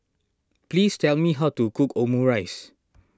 please tell me how to cook Omurice